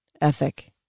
ethic